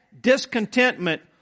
discontentment